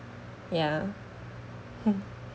ya hmm